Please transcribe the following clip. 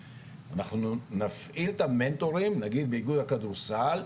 נפעיל את המנטורים, נגיד באיגוד הכדורסל,